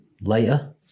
later